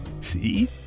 See